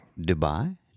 Dubai